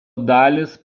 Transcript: dalys